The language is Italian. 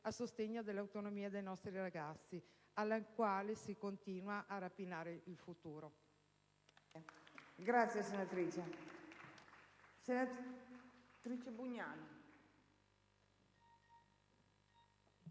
a sostegno dell'autonomia dei nostri ragazzi, ai quali si continua a rapinare il futuro.